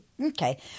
Okay